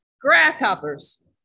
grasshoppers